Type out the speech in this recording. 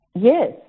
Yes